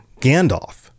Gandalf